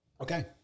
Okay